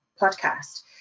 podcast